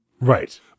Right